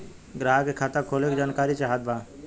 ग्राहक के खाता खोले के जानकारी चाहत बा?